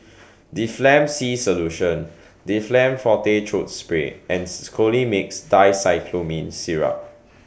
Difflam C Solution Difflam Forte Throat Spray and Colimix Dicyclomine Syrup